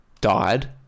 died